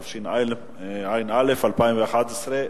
התשע"א 2011,